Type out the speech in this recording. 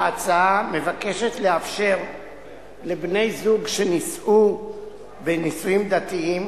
ההצעה מבקשת לאפשר לבני-זוג שנישאו בנישואים דתיים